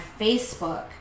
Facebook